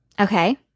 Okay